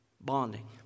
bonding